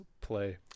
play